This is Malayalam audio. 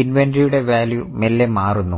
ഇൻവെന്ററിയുടെ വാല്യൂ മെല്ലെ മാറുന്നു